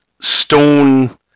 stone